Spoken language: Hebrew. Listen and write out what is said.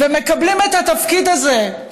מקבלים את התפקיד הזה,